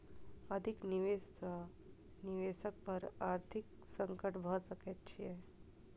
अधिक निवेश सॅ निवेशक पर आर्थिक संकट भ सकैत छै